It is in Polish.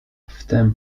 wtem